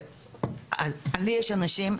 לי יש אנשים,